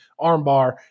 armbar